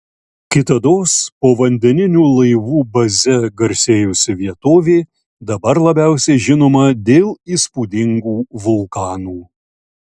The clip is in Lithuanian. kitados povandeninių laivų baze garsėjusi vietovė dabar labiausiai žinoma dėl įspūdingų vulkanų